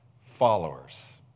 followers